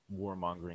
warmongering